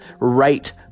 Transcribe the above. right